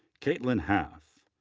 kaitlyn haff.